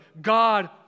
God